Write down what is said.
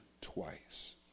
twice